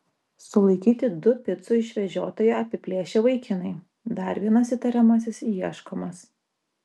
sulaikyti du picų išvežiotoją apiplėšę vaikinai dar vienas įtariamasis ieškomas